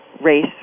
race